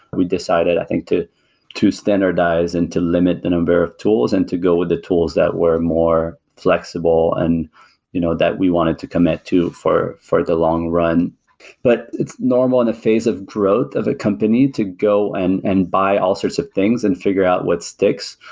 we decided i think to to standardize and to limit the number of tools and to go with the tools that were more flexible and you know that we wanted to commit to for for the long run but it's normal in the face of growth of a company to go and and buy all sorts of things and figure out what sticks.